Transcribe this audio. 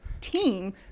team